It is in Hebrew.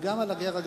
גם על הגר.